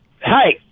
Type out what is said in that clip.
Hi